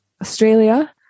Australia